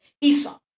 Esau